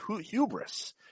hubris